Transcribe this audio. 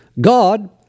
God